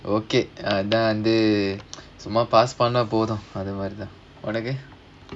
okay அதான் வந்து சும்மா:adhaan vandhu summaa pass பண்ணா போதும் அது மாதிரி தான் உனக்கு:pannaa podhum adhu maadhiri thaan unakku